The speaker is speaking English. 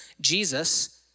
Jesus